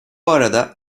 arada